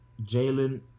Jalen